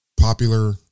popular